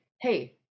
Hey